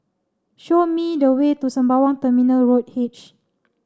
show me the way to Sembawang Terminal Road H